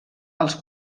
els